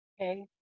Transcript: Okay